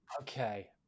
Okay